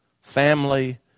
family